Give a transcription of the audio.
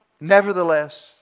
Nevertheless